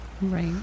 Right